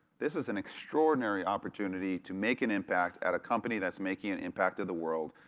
this is an extraordinary opportunity to make an impact at a company that's making an impact in the world.